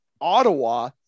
Ottawa